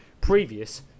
previous